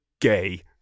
gay